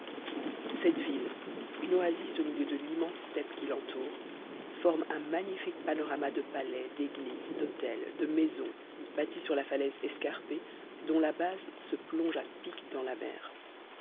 cette ville une oasis au milieu de l'immense steppe qui l'entoure forme un magnifique panorama de palais d'églises d'hôtels de maisons bâtis sur la falaise escarpée dont la base se plonge à pic dans la mer